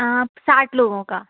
हाँ साठ लोगों का